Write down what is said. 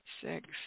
six